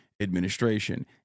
administration